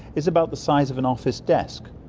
is about the size of an office desk.